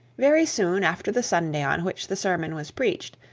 very soon after the sunday on which the sermon was preached,